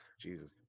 Jesus